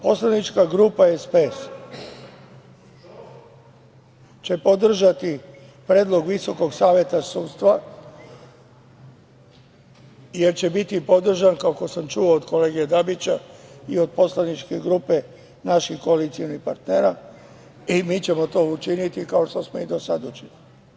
Poslanička grupa SPS će podržati predlog VSS, jer će biti podržan, kako sam čuo od kolege Dabića, i od poslaničke grupe naših koalicionih partnera i mi ćemo to učiniti, kao što smo i do sada činili.